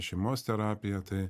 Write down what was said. šeimos terapija tai